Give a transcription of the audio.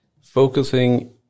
focusing